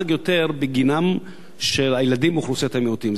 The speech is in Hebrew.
אני מודאג יותר בגינם של הילדים מאוכלוסיות המיעוטים.